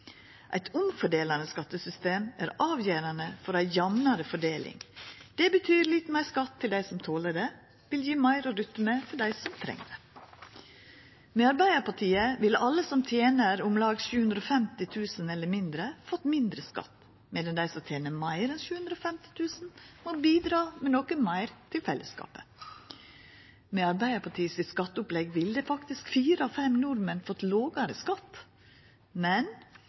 Eit omfordelande skattesystem er avgjerande for ei jamnare fordeling. Det betyr litt meir skatt til dei som toler det, det vil gje meir å rutta med til dei som treng det. Med Arbeidarpartiet ville alle som tener om lag 750 000 kr eller mindre, fått mindre skatt, medan dei som tener meir enn 750 000 kr, må bidra med noko meir til fellesskapet. Med Arbeidarpartiet sitt skatteopplegg ville faktisk fire av fem nordmenn fått lågare skatt, men